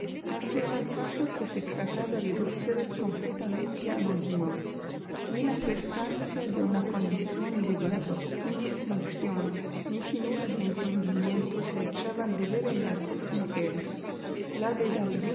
era el caso que se trataba de dos seres completamente anodinos ni la prestancia de una condición elevada ni distinción ni finura de entendimiento se echaban de ver en las dos mujeres la